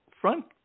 front